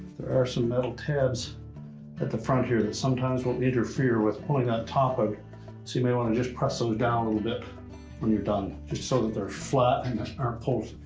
there are some metal tabs at the front here that sometimes won't interfere with only not topic, so you may want to just press them down a little bit when you're done just so that they're flat and are pulled